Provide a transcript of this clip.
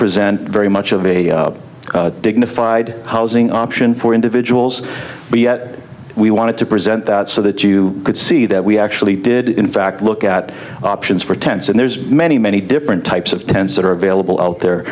present very much of a dignified housing option for individuals but yet we wanted to present that so that you could see that we actually did in fact look at options for tents and there's many many different types of tents that are available out there